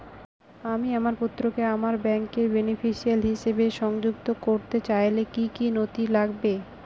আমি আমার পুত্রকে আমার ব্যাংকের বেনিফিসিয়ারি হিসেবে সংযুক্ত করতে চাইলে কি কী নথি লাগবে?